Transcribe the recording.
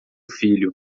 filho